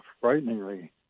frighteningly